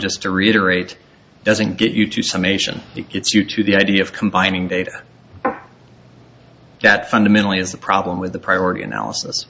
just to reiterate doesn't get you to some asian it's due to the idea of combining data that fundamentally is a problem with the priority analysis